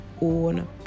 own